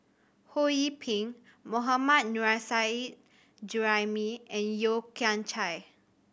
Ho Yee Ping Mohammad Nurrasyid Juraimi and Yeo Kian Chai